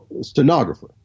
stenographer